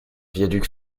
viaduc